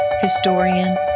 historian